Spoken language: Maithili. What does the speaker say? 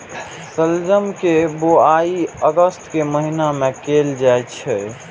शलजम के बुआइ अगस्त के महीना मे कैल जाइ छै